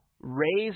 raised